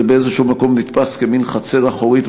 זה באיזשהו מקום נתפס כמין חצר אחורית,